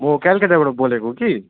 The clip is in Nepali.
म कलकत्ताबाट बोलेको कि